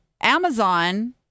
Amazon